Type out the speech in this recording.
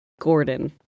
Gordon